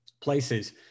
places